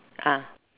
ah